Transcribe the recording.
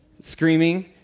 Screaming